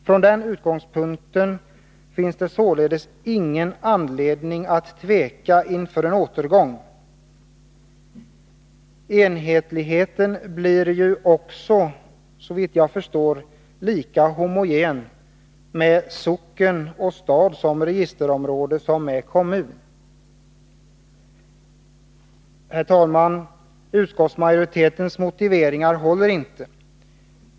Från den utgångspunkten finns det således ingen anledning att tveka inför en återgång. Enhetligheten blir ju också, såvitt jag förstår, lika homogen med socken och stad som registerområde som med kommun. Herr talman! Utskottsmajoritetens motiveringar håller inte.